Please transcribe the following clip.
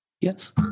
Yes